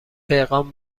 پیغام